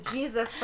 Jesus